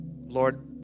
Lord